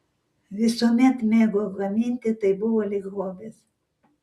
visuomet mėgau gaminti tai buvo lyg hobis